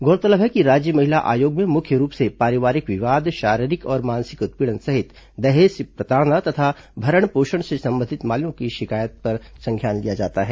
गौरतलब है कि राज्य महिला आयोग में मुख्य रूप से पारिवारिक विवाद शारीरिक और मानसिक उत्पीड़न सहित दहेज प्रताड़ना तथा भरण पोषण से संबंधित मामलों की शिकायत पर संज्ञान लिया जाता है